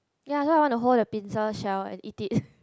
ya that's why I wanna hold the pincer shell and eat it